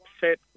set